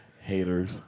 haters